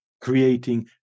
creating